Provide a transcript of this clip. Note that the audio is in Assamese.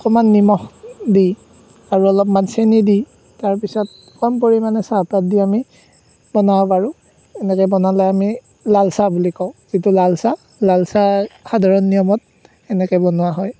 অকণমান নিমখ দি আৰু অলপমান চেনি দি তাৰপিছত কম পৰিমাণে চাহপাত দি আমি বনাব পাৰোঁ এনেকৈ বনালে আমি লালচাহ বুলি কওঁ যিটো লালচাহ লালচাহ সাধাৰণ নিয়মত এনেকৈ বনোৱা হয়